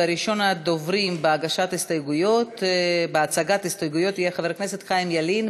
וראשון הדוברים בהצגת ההסתייגויות יהיה חבר הכנסת חיים ילין,